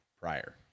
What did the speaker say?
prior